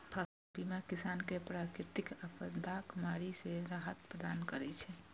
फसल बीमा किसान कें प्राकृतिक आपादाक मारि सं राहत प्रदान करै छै